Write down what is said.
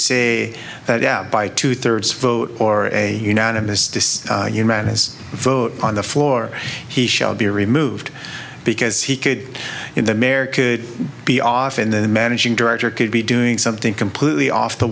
say that out by two thirds vote or a unanimous decision you man his vote on the floor he shall be removed because he could in the mayor could be off and then a managing director could be doing something completely off the